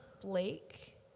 Blake